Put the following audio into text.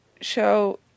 show